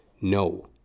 No